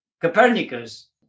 Copernicus